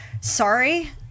sorry